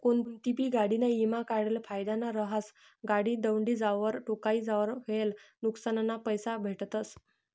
कोनतीबी गाडीना ईमा काढेल फायदाना रहास, गाडी दवडी जावावर, ठोकाई जावावर व्हयेल नुक्सानना पैसा भेटतस